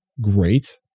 great